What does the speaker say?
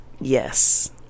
Yes